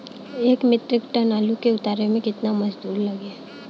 एक metric ton आलू के उतारे मे कितना मजदूर लागि?